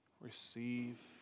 receive